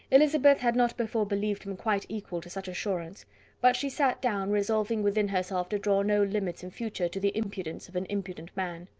elizabeth had not before believed him quite equal to such assurance but she sat down, resolving within herself to draw no limits in future to the impudence of an impudent man.